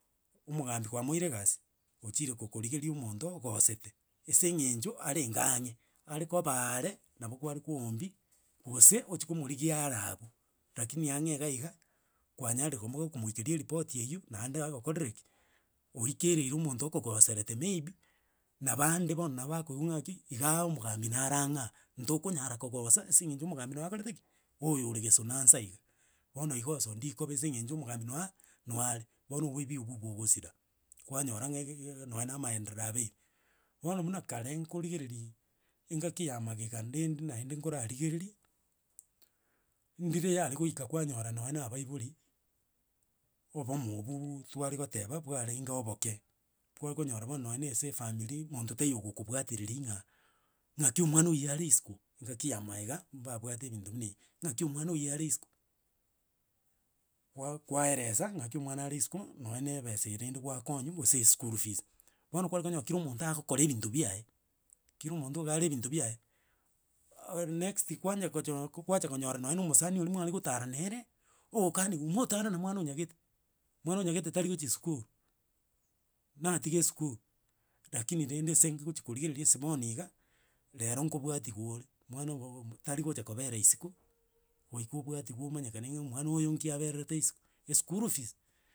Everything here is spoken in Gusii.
Omogambi kwamoeire egasi ochire kokorigeria omonto ogosete ase eng'encho, arenge ang'e are koba are, nabo kware koombi gose, ochi komorigia are abwo rakini ang'e iga iga kwanyare komoba okomoikeri eripoti eywo naende agokorere ki, oikereire omonto okogoserete maybe na bande bono nabakoigu ng'a ng'aki, iga omogambi nare ang'a aa, ntokonyara kogosa ase eng'encho omogambi nakorete ki, oyo ore gesona nsa iga. Bono igoso ndikoba ase eng'encho omogambi noa noare, bono oboibi obwo bogosira kwanyora ng'a iga iga iga nonye na amaenderero abeire. Bono buna kare nkorigereria engaki ya magega rende naende nkorarigereria, ndire yare goika kwanyora nonye na abaibori, obomo obwo tware goteba, bwarenge oboke. B- kware konyora nonye na ase efamiri, monto taiyo ogokobwatereri ng'a, ng'aki omwana oywo are isiko, engaki ya maega mbabwate ebinto buna ebi, ng'aki omwana oywo are isiko. Kwa kwaeresa ng'aki omwana are isiko nonye na ebesa eye rende gwakonywa gose eschol fees. Bono kware konyora kera omonto aagokora ebinto biaye, kera omonto are ebinto biaye, ah next kwanye kocho kwacha konyora nonye na omosani oria mware gotara nere, ookaniwa, motara na omwana onyagete, mwana onyagete tari gochia sukuru, natiga esukuru. Rakini rende ase ng- ngochia korigereria ase bono iga, rero ngobwatiwu ore, mwana bwo- obo- bo- mo tari gocha kobera isiko, goika obwatiwu omanyekane ng'a omwana oyo inki abererete isiko, eschool fees.